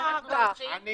אני